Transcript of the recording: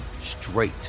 straight